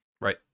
Right